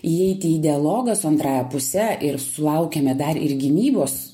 įeiti į dialogą su antrąja puse ir sulaukiame dar ir gynybos